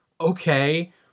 okay